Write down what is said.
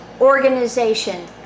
organization